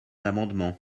amendement